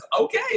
Okay